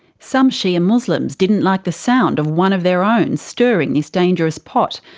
some shia muslims didn't like the sound of one of their own stirring this dangerous pot,